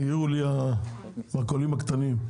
עכשיו תגידו לי, המרכולים הקטנים,